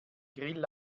grill